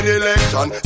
election